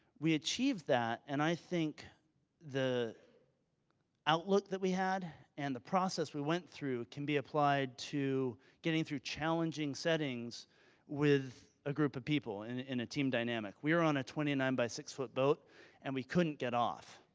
we achieved that, and i think the outlook that we had and the process we went through can be applied to getting through challenging settings with a group of people in in a team dynamic. we were on a twenty nine by six foot boat and we couldn't get off,